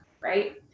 right